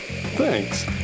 Thanks